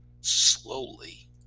slowly